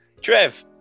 Trev